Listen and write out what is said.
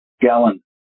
gallon